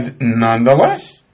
nonetheless